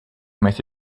möchte